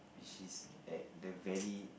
she's at the very